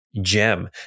gem